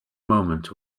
moment